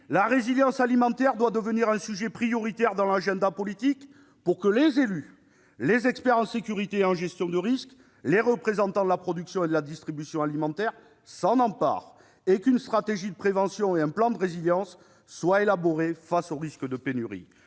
la résilience alimentaire doit devenir un sujet prioritaire dans l'agenda politique, pour que les élus, les experts en sécurité et en gestion de risques, les représentants de la production et de la distribution alimentaires s'en emparent et pour qu'une stratégie de prévention et un plan de résilience soient élaborés afin de prévenir le risque de pénurie.